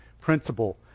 principle